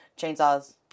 chainsaws